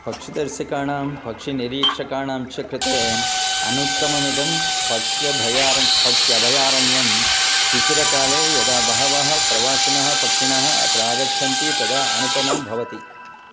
पक्षिदर्शकाणां पक्षिनिरीक्षकाणां च कृते अनुत्तममिदं पक्ष्यभयारण्यं पक्ष्यभयारण्यं शिशिरकाले यदा बहवः प्रवासिनः पक्षिणः अत्र आगच्छन्ति तदा अनुपमं भवति